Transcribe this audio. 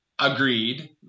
agreed